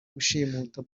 gushimuta